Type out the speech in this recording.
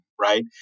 right